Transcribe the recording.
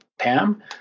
Pam